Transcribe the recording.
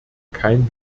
kein